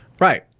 Right